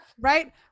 Right